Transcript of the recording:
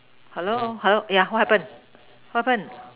hello hello ya what happen what happen